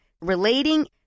relating